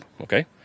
okay